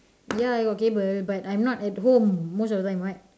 ya I got cable but I'm not at home most of the time what